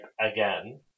again